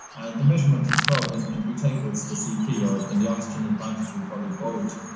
and the measurement, it's called in in buteyko it's the cp, or in the oxygen advantage we call it bolt.